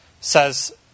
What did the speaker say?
says